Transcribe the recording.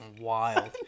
wild